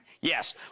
Yes